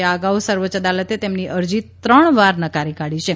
આ અગાઉ સર્વોચ્ચ અદાલતે તેમની અરજી ત્રણવાર નકારી કાઢી છે